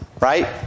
right